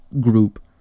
group